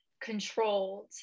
controlled